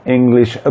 English